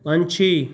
ਪੰਛੀ